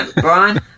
Brian